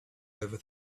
over